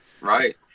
Right